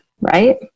right